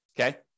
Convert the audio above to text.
okay